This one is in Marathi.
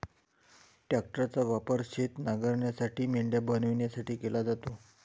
ट्रॅक्टरचा वापर शेत नांगरण्यासाठी, मेंढ्या बनवण्यासाठी केला जातो